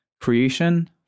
Creation